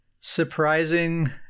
surprising